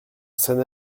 sonne